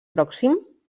pròxim